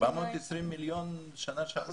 420 מיליון בשנה שעברה.